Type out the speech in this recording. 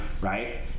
right